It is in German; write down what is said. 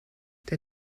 der